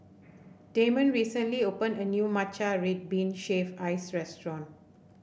Damon recently opened a new Matcha Red Bean Shaved Ice restaurant